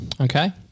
Okay